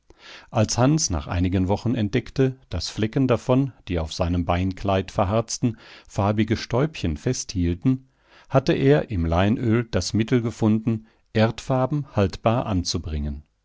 als hans nach einigen wochen entdeckte daß flecken davon die auf seinem beinkleid verharzten farbige stäubchen festhielten hatte er im leinöl das mittel gefunden erdfarben haltbar anzubringen